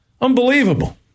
Unbelievable